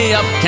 up